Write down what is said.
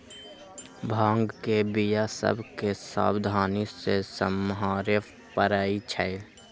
भांग के बीया सभ के सावधानी से सम्हारे परइ छै